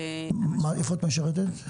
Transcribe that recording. איפה את משרתת?